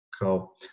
Cool